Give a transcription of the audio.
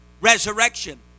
resurrection